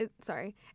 sorry